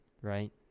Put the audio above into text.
right